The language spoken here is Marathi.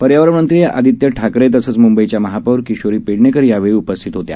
पर्य़वरण मंत्री आदित्य ठाकरे तसंच म्ंबईच्या महापौर किशोरी पेडणेकर यावेळी उपस्थित होत्या